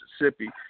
Mississippi